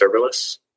serverless